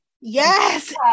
Yes